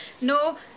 no